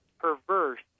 perverse